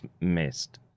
missed